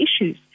issues